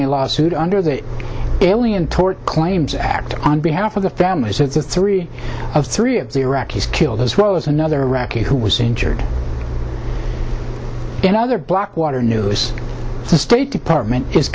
a lawsuit under the alien tort claims act on behalf of the families of the three of three of the iraqis killed as well as another iraqi who was injured in other blackwater new us state department is